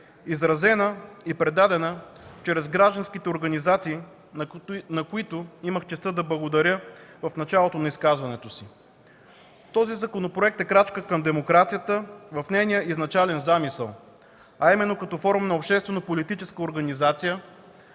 изразена и предадена чрез гражданските организации, на които имах честта да благодаря в началото на изказването си. Този законопроект е крачка към демокрацията в нейния изначален замисъл, а именно като форма на обществено-политическа организация,